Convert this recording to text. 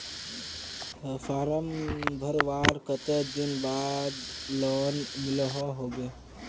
Form भरवार कते दिन बाद लोन मिलोहो होबे?